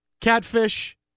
catfish